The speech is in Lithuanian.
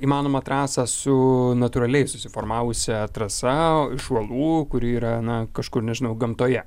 įmanomą trasą su natūraliai susiformavusia trasa iš uolų kuri yra na kažkur nežinau gamtoje